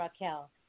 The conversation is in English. Raquel